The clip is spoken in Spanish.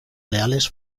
leales